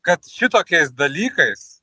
kad šitokiais dalykais